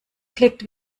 klickt